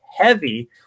heavy